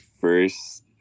first